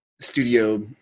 studio